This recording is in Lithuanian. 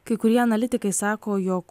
kai kurie analitikai sako jog